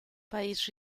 país